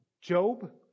Job